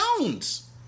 Jones